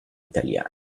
italiani